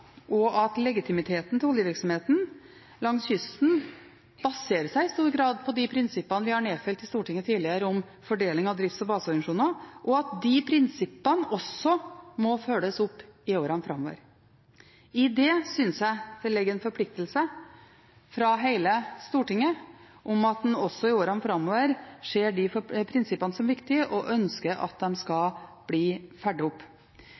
at legitimiteten til oljevirksomheten langs kysten i stor grad baserer seg på de prinsippene vi tidligere har nedfelt i Stortinget om fordeling av drifts- og baseorganisasjoner, og at de prinsippene også må følges opp i årene framover. I det synes jeg det ligger en forpliktelse fra hele Stortinget om at en også i årene framover ser de prinsippene som viktige, og ønsker at de skal bli fulgt opp.